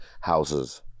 houses